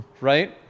right